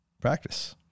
practice